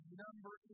number